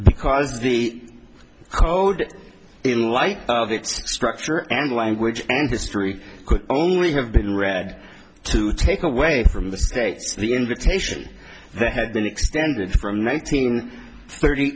because the code in light of its structure and language and history could only have been read to take away from the states the invitation they had been extended from nineteen thirty